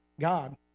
God